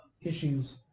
issues